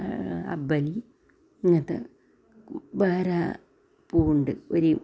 ഇങ്ങനത്തെ വേറെ പൂവുണ്ട് ഒരു